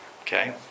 Okay